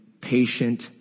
patient